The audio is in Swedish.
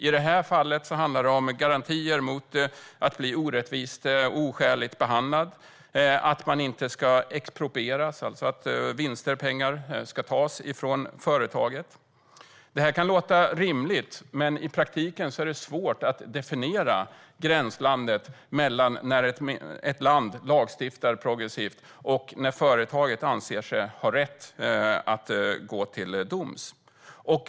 I detta fall handlar det om garantier mot att bli orättvist eller oskäligt behandlad eller att exproprieras, det vill säga att vinster eller pengar ska tas ifrån företaget. Detta kan låta rimligt, men i praktiken är det svårt att definiera gränslandet mellan när ett land lagstiftar progressivt och när ett företag anser sig ha rätt att gå till doms.